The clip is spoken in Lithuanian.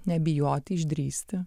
nebijoti išdrįsti